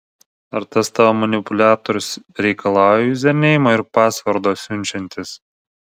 ar tas tavo manipuliatorius reikalauja juzerneimo ir pasvordo siunčiantis